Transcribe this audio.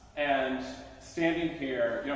and standing here,